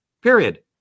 period